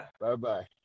bye-bye